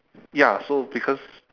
ya so because